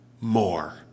more